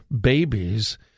babies